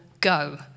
go